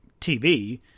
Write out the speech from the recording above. TV